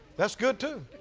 that's good too.